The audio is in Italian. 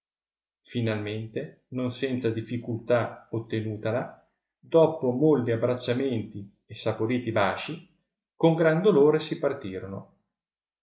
finalmente non senza difficultà ottenutala doppo molli abbracciamenti e saporiti basci con gran dolore si partirono